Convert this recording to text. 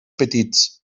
petits